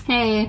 Hey